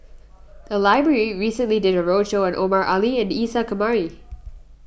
the library recently did a roadshow on Omar Ali and Isa Kamari